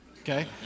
okay